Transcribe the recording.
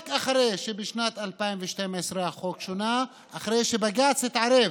רק אחרי שבשנת 2012 החוק שונה, אחרי שבג"ץ התערב